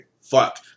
Fuck